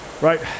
right